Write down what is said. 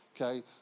okay